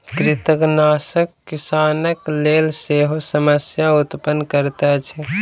कृंतकनाशक किसानक लेल सेहो समस्या उत्पन्न करैत अछि